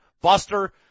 Buster